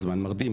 זמן מרדים,